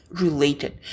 related